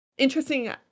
interesting